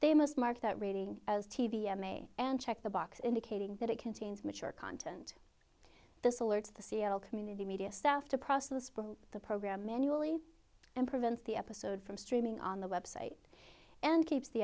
they must mark that rating as t v s may and check the box indicating that it contains mature content this alerts the seattle community media staff to proselyte the program manually and prevents the episode from streaming on the website and keeps the